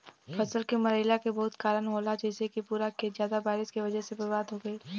फसल के मरईला के बहुत कारन होला जइसे कि पूरा खेत ज्यादा बारिश के वजह से बर्बाद हो गईल